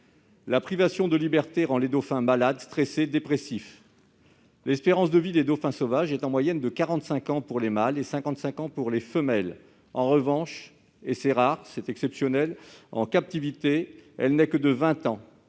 La privation de liberté rend les dauphins malades, stressés, dépressifs. L'espérance de vie des dauphins sauvages est, en moyenne, de 45 ans pour les mâles et de 55 ans pour les femelles. En revanche, leur espérance de vie en captivité n'est que de 20 ans,